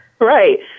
Right